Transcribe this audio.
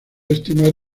estimar